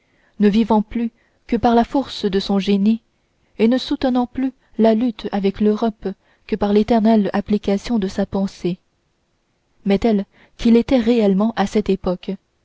ne vivant plus que par la force de son génie et ne soutenant plus la lutte avec l'europe que par l'éternelle application de sa pensée mais tel qu'il était réellement à cette époque